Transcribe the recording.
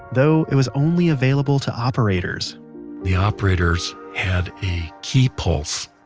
though it was only available to operators the operators had a key pulse,